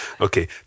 Okay